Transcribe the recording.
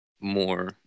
more